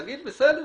נגיד: בסדר.